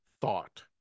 thought